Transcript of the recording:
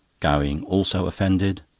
gowing also offended.